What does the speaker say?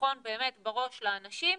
וביטחון בראש לאנשים,